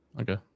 Okay